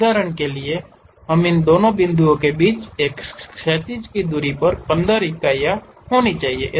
उदाहरण के लिए इन 2 बिंदुओं के बीच की क्षैतिज दूरी 15 इकाइयों की होनी चाहिए